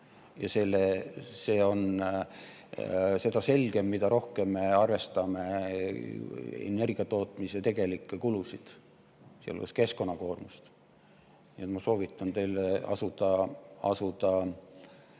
See on seda selgem, mida rohkem me arvestame energia tootmise tegelikke kulusid, sealhulgas keskkonnakoormust. Nii et ma soovitan teil asuda